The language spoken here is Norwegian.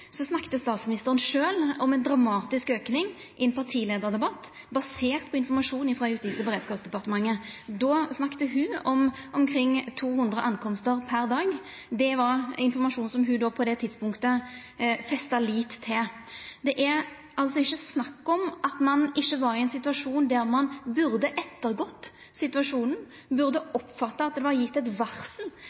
statsministeren sjølv om ein dramatisk auke i ein partileiardebatt, basert på informasjon frå Justis- og beredskapsdepartementet. Då snakka ho om omkring 200 ankomstar kvar dag. Det var informasjon som ho på det tidspunktet festa lit til. Det er altså ikkje snakk om at ein ikkje var i ein situasjon der ein burde ettergått situasjonen. Ein burde ha oppfatta at det var gjeve eit varsel